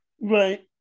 Right